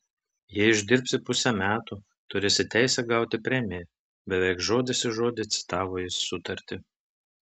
jei išdirbsi pusę metų turėsi teisę gauti premiją beveik žodis į žodį citavo jis sutartį